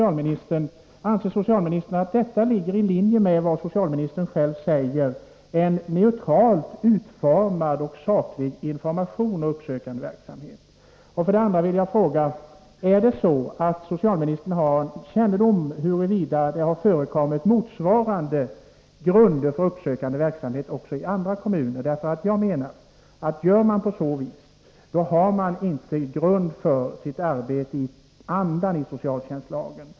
Anser socialministern att detta ligger i linje med vad socialministern själv kallar en neutralt utformad och saklig information och en uppsökande verksamhet? 2. Har socialministern kännedom om huruvida det har förekommit motsvarande grunder för uppsökande verksamhet också i andra kommuner? Om man gör så här i sitt arbete, saknar man enligt min mening grund för det i andan i socialtjänstlagen.